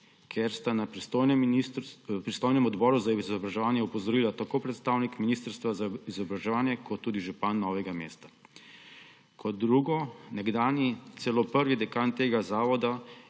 kar sta na pristojnem odboru za izobraževanje opozorila tako predstavnik Ministrstva za izobraževanje kot tudi župan Novega mesta. Kot drugo, nekdanji celo prvi dekan tega zavoda,